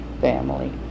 family